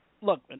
look